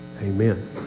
Amen